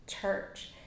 church